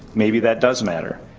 maybe that does matter.